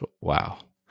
wow